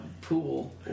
pool